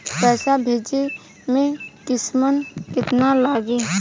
पैसा भेजे में कमिशन केतना लागि?